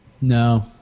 no